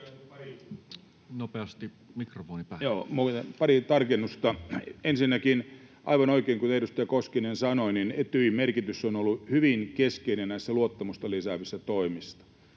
pari tarkennusta. Ensinnäkin aivan oikein, kuten edustaja Koskinen sanoi, Etyjin merkitys on ollut hyvin keskeinen näissä luottamusta lisäävissä toimissa.